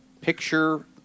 picture